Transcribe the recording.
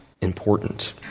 important